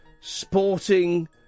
sporting